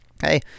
hey